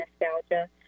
nostalgia